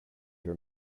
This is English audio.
were